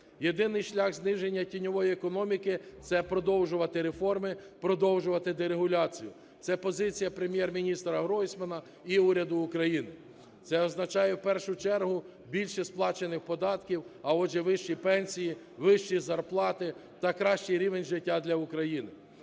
Єдиний шлях зниження тіньової економіки – це продовжувати реформи, продовжувати дерегуляцію. Це позиція Прем'єр-міністра Гройсмана і уряду України. Це означає, в першу чергу, більше сплачених податків, а, отже, вищі пенсії, вищі зарплати та кращий рівень життя для України.